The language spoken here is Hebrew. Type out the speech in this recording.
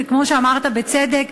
וכמו שאמרת בצדק,